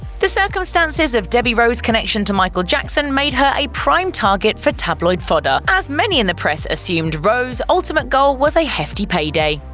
the circumstances of debbie rowe's connection to michael jackson made her a prime target for tabloid fodder, as many in the press assumed rowe's ultimate goal was a hefty payday.